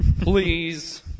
Please